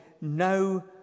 no